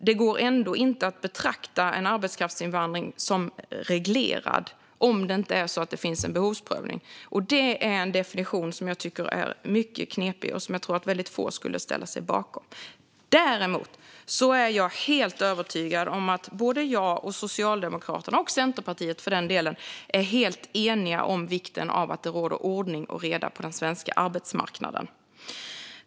Det går ändå inte att betrakta en arbetskraftsinvandring som reglerad om det inte finns en behovsprövning. Det är en definition som jag tycker är mycket knepig och som jag tror att väldigt få skulle ställa sig bakom. Däremot är jag helt övertygad om att både jag och Socialdemokraterna - och Centerpartiet, för den delen - är helt eniga om vikten av att det råder ordning och reda på den svenska arbetsmarknaden.